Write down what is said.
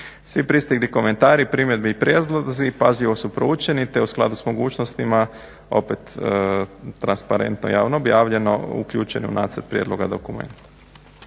Svi pristigli komentari, primjedbe i prijedlozi pažljivo su proučeni, te u skladu sa mogućnostima opet transparentno i javno objavljeno uključeni u nacrt prijedloga dokumenta.